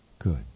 Good